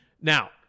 Now